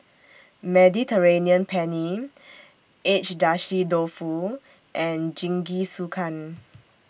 Mediterranean Penne Agedashi Dofu and Jingisukan